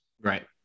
Right